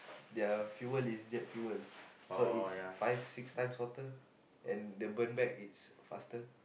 they are fuel inject fuel so it's five six times hotter and the burn back it's faster